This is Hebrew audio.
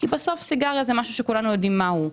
בסוף כולנו יודעים מה היא סיגריה.